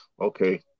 okay